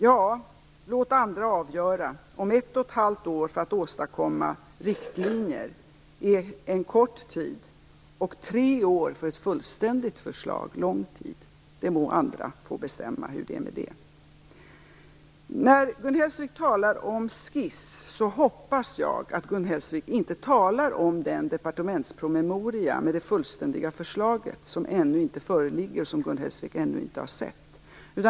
Ja, låt andra avgöra om ett och ett halvt år för att åstadkomma riktlinjer är en kort tid och tre år för ett fullständigt förslag är lång tid. Andra må få bestämma hur det är med det. När Gun Hellsvik talar om skiss hoppas jag att hon inte talar om den departementspromemoria med det fullständiga förslaget som ännu inte föreligger och som Gun Hellsvik ännu inte har sett.